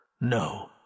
No